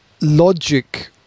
logic